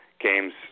games